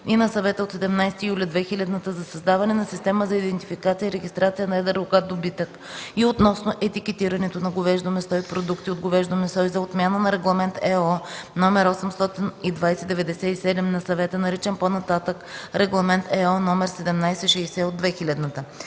и на Съвета от 17 юли 2000 г. за създаване на система за идентификация и регистрация на едър рогат добитък и относно етикетирането на говеждо месо и продукти от говеждо месо и за отмяна на Регламент (ЕО) № 820/97 на Съвета, наричан по-нататък „Регламент (ЕО) № 1760/2000”.